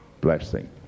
blessing